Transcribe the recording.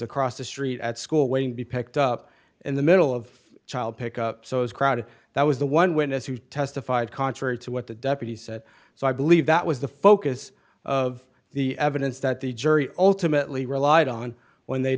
a cross the street at school waiting to be picked up in the middle of child pick up so it was crowded that was the one witness who testified contrary to what the deputy said so i believe that was the focus of the evidence that the jury ultimately relied on when they